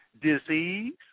Disease